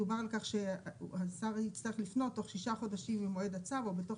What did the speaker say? דובר על כך שהצו יצטרך לפנות תוך 6 חודשים ממועד הצו או בתוך